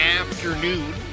afternoon